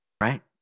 right